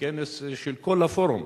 בכנס של כל הפורום.